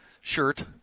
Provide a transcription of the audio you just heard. shirt